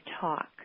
talk